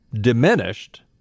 diminished